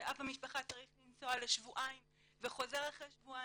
כשאב המשפחה צריך לנסוע לשבועיים וחוזר אחרי שבועיים,